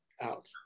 Out